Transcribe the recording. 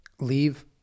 leave